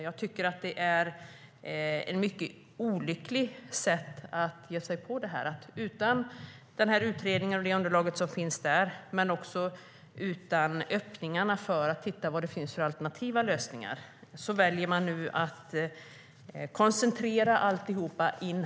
Jag tycker att det är ett mycket olyckligt sätt att ge sig på det här. Man gör det utan den här utredningen och utan det underlag som finns där men också utan öppningar för att titta på vad det finns för alternativa lösningar. Man väljer nu att koncentrera alltihop in-house.